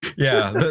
yeah,